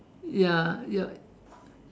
ya ya